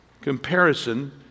Comparison